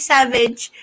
Savage